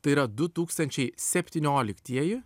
tai yra du tūkstančiai septynioliktieji